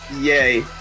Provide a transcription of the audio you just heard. Yay